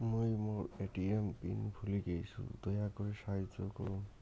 মুই মোর ATM PIN ভুলে গেইসু, দয়া করি সাহাইয্য করুন